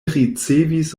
ricevis